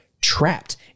trapped